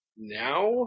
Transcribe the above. now